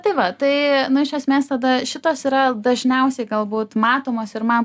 tai va tai nu iš esmės tada šitos yra dažniausiai galbūt matomos ir man